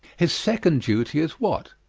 his second duty is what?